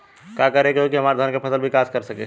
का करे होई की हमार धान के फसल विकास कर सके?